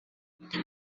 pessoa